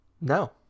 No